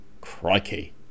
Crikey